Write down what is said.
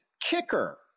kicker